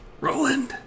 Roland